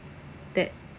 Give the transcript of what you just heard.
that